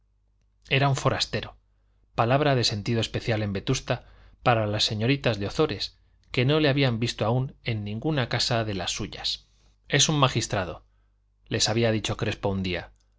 era un forastero palabra de sentido especial en vetusta para las señoritas de ozores que no le habían visto aún en ninguna casa de las suyas es un magistrado les había dicho crespo un día